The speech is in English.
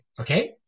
Okay